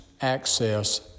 access